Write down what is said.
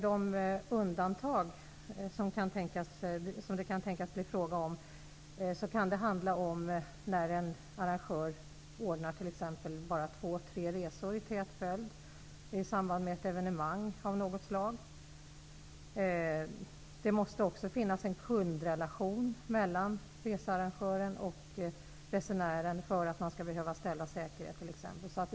De undantag som det kan tänkas bli fråga om gäller bl.a. om en arrangör ordnar t.ex. bara två tre resor i tät följd i samband med ett evenemang av något slag. Det måste också finnas en kundrelation mellan researrangören och resenären för att det skall behövas säkerhet.